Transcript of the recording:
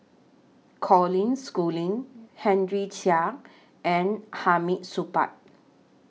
Colin Schooling Henry Chia and Hamid Supaat